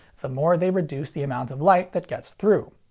the more they reduce the amount of light that gets through.